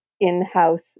in-house